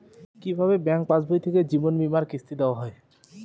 কি ভাবে ব্যাঙ্ক পাশবই থেকে জীবনবীমার কিস্তি দেওয়া হয়?